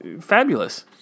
fabulous